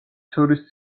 შორის